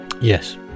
Yes